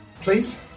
Please